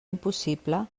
impossible